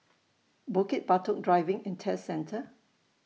Bukit Batok Driving and Test Centre